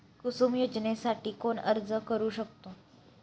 कुसुम योजनेसाठी कोण अर्ज करू शकतो?